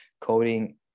Coding